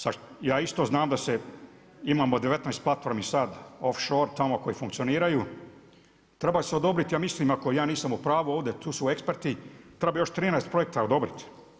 Sad ja isto znam da imamo 19 platformi off shore tamo koje funkcioniraju, treba se odobriti, ja mislim ako ja nisam u pravu ovdje, tu su eksperti, trebalo bi još 13 projekta odobriti.